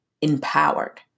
empowered